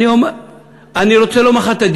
אני רוצה לומר לך,